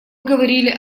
говорили